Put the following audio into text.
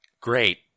Great